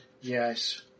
Yes